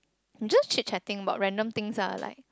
just chit chatting about random things lah like